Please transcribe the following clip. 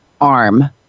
arm